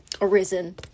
arisen